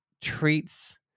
treats